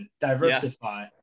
diversify